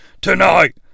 Tonight